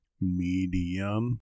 medium